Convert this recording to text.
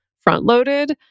front-loaded